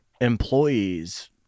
employees